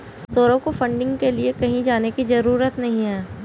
सौरभ को फंडिंग के लिए कहीं जाने की जरूरत नहीं है